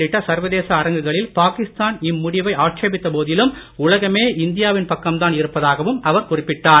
உள்ளிட்ட சர்வதேச அரங்குகளில் பாகிஸ்தான் இம்முடிவை ஆட்சேபித்த போதிலும் உலகமே இந்தியாவின் பக்கம் தான் இருப்பதாகவும் அவர் குறிப்பிட்டார்